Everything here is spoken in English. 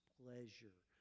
pleasure